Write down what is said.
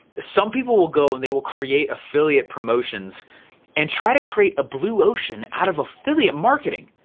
some people will go and they will create affiliate promotions and try to create a blue ocean out of affiliate marketing.